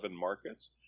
markets